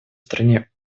стране